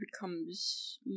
becomes